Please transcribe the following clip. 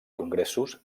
congressos